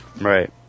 Right